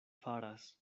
faras